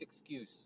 excuse